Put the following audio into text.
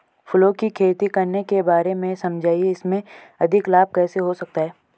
फूलों की खेती करने के बारे में समझाइये इसमें अधिक लाभ कैसे हो सकता है?